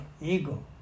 ego